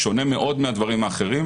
זה שונה מאוד מהדברים האחרים,